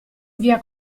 via